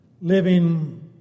living